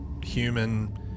human